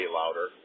louder